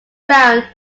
around